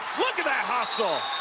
look at that hustle